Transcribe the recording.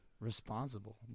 responsible